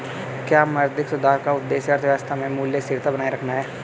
क्या मौद्रिक सुधार का उद्देश्य अर्थव्यवस्था में मूल्य स्थिरता बनाए रखना है?